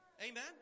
Amen